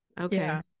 okay